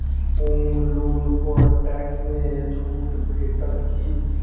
होम loan पर tax मे छुट भेटत की